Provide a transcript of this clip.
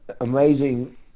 amazing